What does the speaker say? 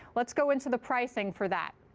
let's go into the pricing for that.